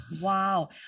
Wow